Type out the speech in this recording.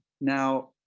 Now